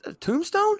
tombstone